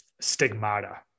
stigmata